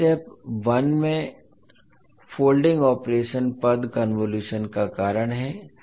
अब step one में folding operation पद कन्वोलुशन का कारण है